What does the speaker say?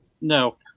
No